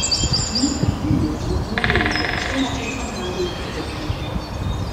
ji gynė nuo engėjų gobšumo ir padarė jį turtingą